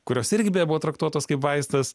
kurios irgi beje buvo traktuotos kaip vaistas